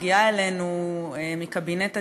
והיא מגיעה אלינו מקבינט הדיור,